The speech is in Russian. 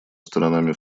сторонами